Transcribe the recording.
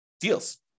deals